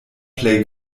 plej